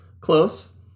Close